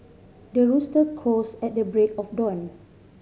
the rooster crows at the break of dawn